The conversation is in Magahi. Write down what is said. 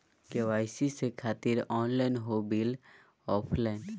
के.वाई.सी से खातिर ऑनलाइन हो बिल ऑफलाइन?